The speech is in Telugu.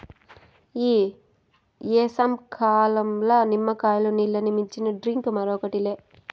ఈ ఏసంకాలంల నిమ్మకాయ నీల్లని మించిన డ్రింక్ మరోటి లే